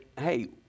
hey